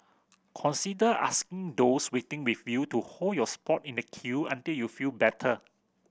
consider asking those waiting with you to hold your spot in the queue until you feel better